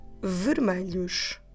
vermelhos